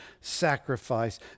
sacrifice